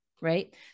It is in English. right